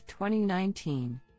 2019